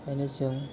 खायनो जों